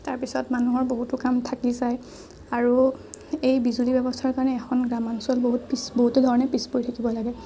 তাৰপিছত মানুহৰ বহুতো কাম থাকি যায় আৰু এই বিজুলি ব্যৱস্থাৰ কাৰণে এখন গ্ৰামাঞ্চল বহুত বহুতো কাৰণে পিছপৰি থাকিব লাগে